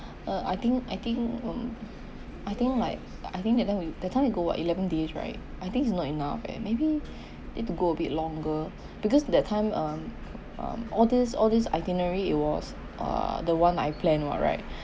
uh I think I think mm I think like I think that time we that time we go what eleven days right I think is not enough eh maybe need to go a bit longer because that time um um all these all these itinerary it was uh the one I plan what right